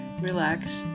relax